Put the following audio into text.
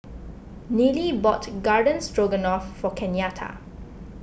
Nealy bought Garden Stroganoff for Kenyatta